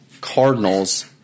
Cardinals